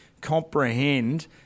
comprehend